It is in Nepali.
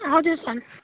हजुर सर